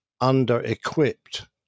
under-equipped